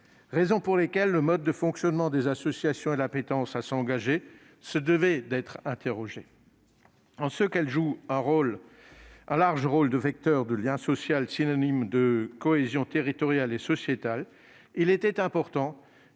vie. Pour ces raisons, le mode de fonctionnement des associations et l'appétence à s'engager se devaient d'être interrogés. En ce qu'elles jouent un large rôle de vecteurs de lien social, synonymes de cohésion territoriale et sociétale, il était important